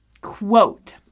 quote